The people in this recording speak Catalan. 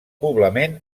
poblament